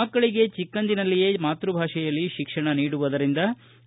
ಮಕ್ಕಳಿಗೆ ಚಿಕ್ಕಂದಿನಲ್ಲಿಯೇ ಮಾತ್ಸಭಾಷೆಯಲ್ಲಿ ಶಿಕ್ಷಣ ನೀಡುವುದರಿಂದ